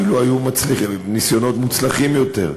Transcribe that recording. אפילו היו ניסיונות מוצלחים יותר.